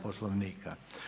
Poslovnika.